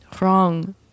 wrong